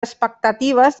expectatives